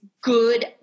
good